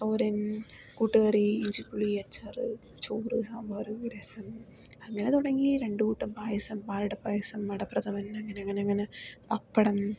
തോരൻ കൂട്ടുകറി ഇഞ്ചിപ്പുളി അച്ചാറ് ചോറ് സാമ്പാറ് രസം അങ്ങനെ തുടങ്ങി രണ്ടു കൂട്ടം പായസം പാലടപ്പായസം അടപ്രഥമൻ അങ്ങനങ്ങനെങ്ങനെ പപ്പടം